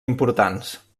importants